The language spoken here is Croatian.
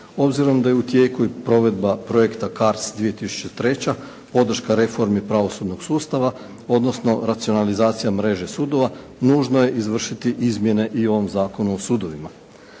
Obzirom da je u tijeku i provedba projekta CARDS 2003. podrška reformi pravosudnog sustava, odnosno racionalizacija mreže sudova nužno je izvršiti izmjene i u ovom Zakonu o sudovima.